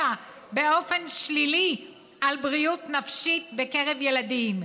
באופן שלילי על בריאות נפשית בקרב ילדים.